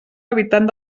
habitant